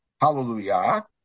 Hallelujah